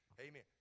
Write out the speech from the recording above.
Amen